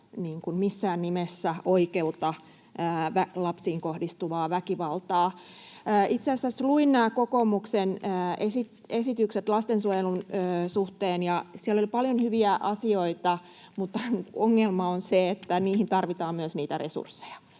missään nimessä oikeuta lapsiin kohdistuvaa väkivaltaa. Itse asiassa luin kokoomuksen esitykset lastensuojelun suhteen, ja siellä oli paljon hyviä asioita, mutta ongelma on se, että niihin tarvitaan myös resursseja.